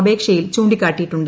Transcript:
അപേക്ഷയിൽ ചൂണ്ടിക്കാട്ടിയിട്ടുണ്ട്